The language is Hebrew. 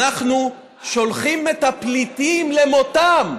אנחנו שולחים את הפליטים למותם,